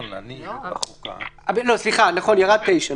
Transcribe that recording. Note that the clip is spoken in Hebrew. לא, סליחה, ירד (9).